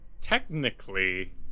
technically